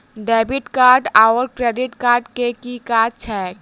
Debit card आओर credit card केँ की काज छैक?